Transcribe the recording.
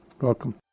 Welcome